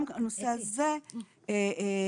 גם הנושא הזה טופל.